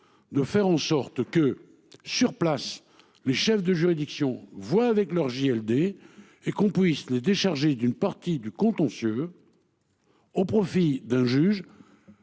De faire en sorte que sur place les chefs de juridiction voit avec leurs JLD et qu'on puisse les décharger d'une partie du contentieux. Au profit d'un juge.